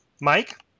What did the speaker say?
Mike